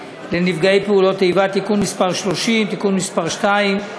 לנפגעי פעולות איבה (תיקון מס' 30) (תיקון מס' 2),